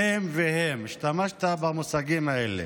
"אתם" ו"הם" השתמשתם במושגים האלה.